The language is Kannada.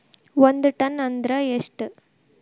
ಒಂದ್ ಟನ್ ಅಂದ್ರ ಎಷ್ಟ?